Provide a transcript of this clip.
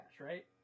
right